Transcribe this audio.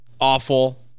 Awful